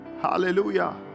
Hallelujah